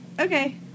okay